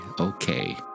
okay